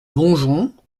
bonjon